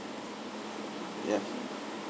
ya